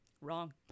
Wrong